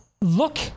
Look